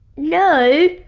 no,